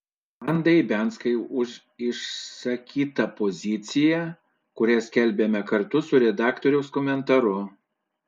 vandai ibianskai už išsakytą poziciją kurią skelbiame kartu su redaktoriaus komentaru